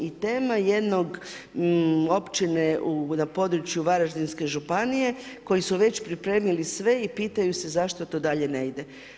I tema jednog općine na području Varaždinske županije koji su već pripremili sve i pitaju se zašto to dalje ne ide.